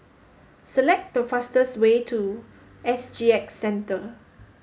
select the fastest way to S G X Centre